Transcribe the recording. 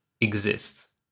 exists